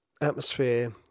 atmosphere